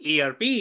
ERP